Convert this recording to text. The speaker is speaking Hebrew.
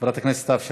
חברת הכנסת סתיו שפיר,